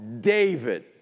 David